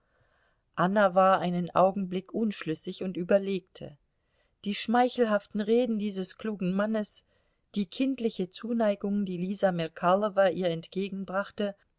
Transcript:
anna war einen augenblick unschlüssig und überlegte die schmeichelhaften reden dieses klugen mannes die kindliche zuneigung die lisa merkalowa ihr entgegenbrachte